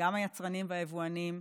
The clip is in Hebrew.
וגם היצרנים והיבואנים,